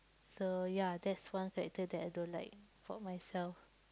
so ya that's one character that I don't like for myself